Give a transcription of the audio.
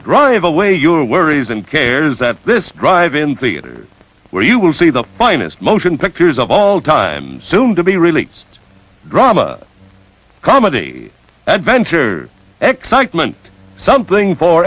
drive away your worries and cares that this drive in theaters where you will see the finest motion pictures of all time soon to be released drama comedy adventure excitement something for